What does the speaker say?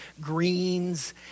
greens